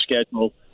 schedule